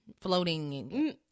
floating